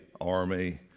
Army